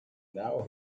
now